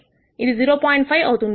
5 అవుతుంది